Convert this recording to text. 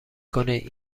کنید